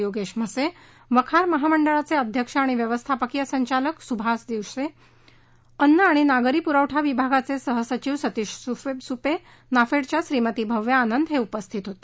योगेश म्हसे वखार महामंडळाचे अध्यक्ष आणि व्यवस्थापकीय संचालक सुहास दिवसे अन्न व नागरी पुरवठा विभागाचे सह सचिव सतीश सुपे नाफेडच्या श्रीमती भव्या आनंद उपस्थित होते